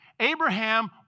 Abraham